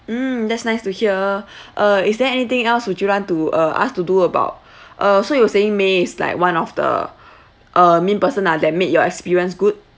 mm that's nice to hear uh is there anything else would you like to uh asked to do about uh so you were saying may is like one of the uh main person ah that made your experience good